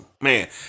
Man